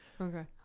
okay